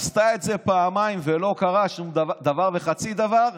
עשתה את זה פעמיים ולא קרה דבר וחצי דבר,